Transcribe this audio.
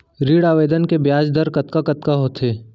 ऋण आवेदन के ब्याज दर कतका कतका होथे?